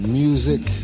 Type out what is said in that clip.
music